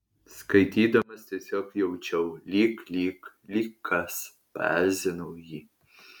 skaitydamas tiesiog jaučiau lyg lyg lyg kas paerzinau jį